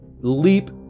leap